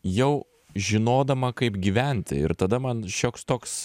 jau žinodama kaip gyventi ir tada man šioks toks